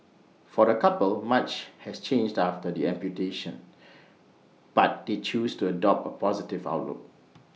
for the couple much has changed after the amputation but they choose to adopt A positive outlook